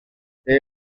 they